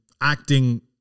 acting